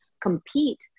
compete